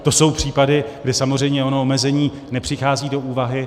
To jsou případy, kde samozřejmě ono omezení nepřichází do úvahy.